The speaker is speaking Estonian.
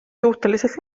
suhteliselt